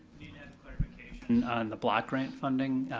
clarification on the block grant funding,